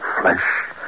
flesh